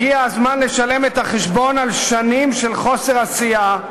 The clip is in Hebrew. הגיע הזמן לשלם את החשבון על שנים של חוסר עשייה,